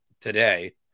today